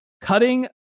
cutting